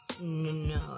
No